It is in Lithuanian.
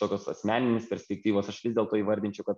tokios asmeninės perspektyvos aš vis dėlto įvardinčiau kad